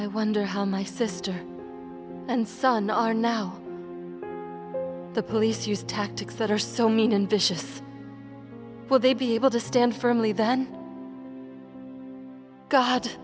i wonder how my sister and son are now the police use tactics that are so mean and vicious will they be able to stand firmly then god